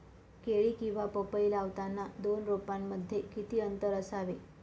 केळी किंवा पपई लावताना दोन रोपांमध्ये किती अंतर असावे?